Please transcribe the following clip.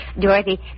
Dorothy